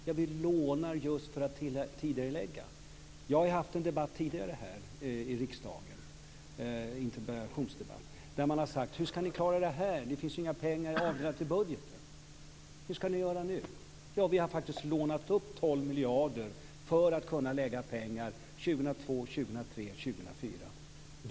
Men vi lånar just för att tidigarelägga dem. Vi har haft en interpellationsdebatt tidigare här i riksdagen där man har sagt: Hur ska ni klara det här, det finns ju inga pengar avdelade i budgeten? Hur ska ni göra nu? Ja, vi har faktiskt lånat upp 12 miljarder för att kunna lägga ut pengar 2002, 2003 och 2004.